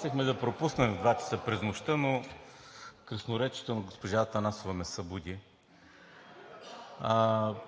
Мислехме да пропуснем в 2,00 ч. през нощта, но красноречието на госпожа Атанасова ме събуди.